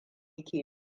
ke